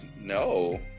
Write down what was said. No